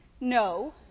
No